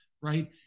right